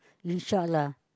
we short lah